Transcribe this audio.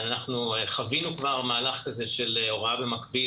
אנחנו חווינו כבר מהלך כזה של הוראה במקביל,